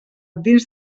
dins